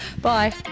Bye